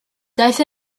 daeth